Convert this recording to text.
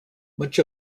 much